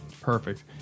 Perfect